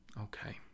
Okay